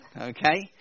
okay